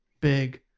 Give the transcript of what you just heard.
big